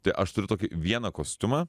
tai aš turiu tokį vieną kostiumą